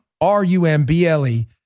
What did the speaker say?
R-U-M-B-L-E